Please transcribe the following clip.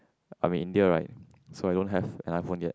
I am in India right so I don't have an iPhone yet